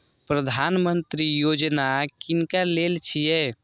प्रधानमंत्री यौजना किनका लेल छिए?